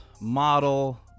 model